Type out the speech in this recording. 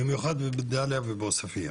במיוחד בדאליה ובעוספיה.